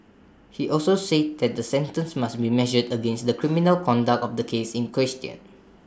he also said that the sentence must be measured against the criminal conduct of the case in question